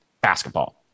basketball